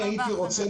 אני רוצה